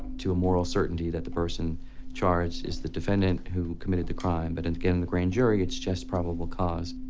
to a moral certainty, that the person charged is the defendant who committed the crime. but and in the grand jury it's just probable cause.